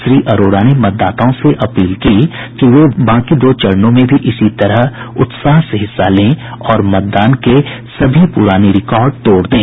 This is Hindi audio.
श्री अरोड़ा ने मतदाताओं से अपील की कि वे बाकी दो चरणों में भी इसी तरह उत्साह से हिस्सा लें और मतदान के सभी पुराने रिकार्ड तोड़ दें